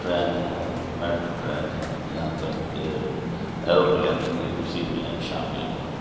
train ہے metro train ہے یہاں تک کہ ایروپلین بھی اسی میں شامل ہے